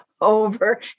over